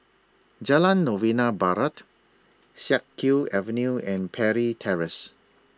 Jalan Novena Barat Siak Kew Avenue and Parry Terrace